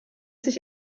sich